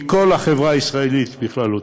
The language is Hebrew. מהחברה הישראלית בכללותה.